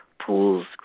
pools